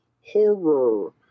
horror